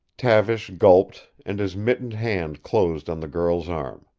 tavish gulped, and his mittened hand closed on the girl's arm.